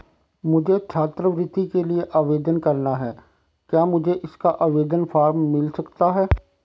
मुझे छात्रवृत्ति के लिए आवेदन करना है क्या मुझे इसका आवेदन फॉर्म मिल सकता है?